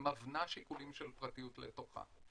מבנה שיקולים של פרטיות לתוכה.